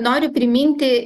noriu priminti